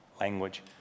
language